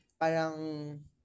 parang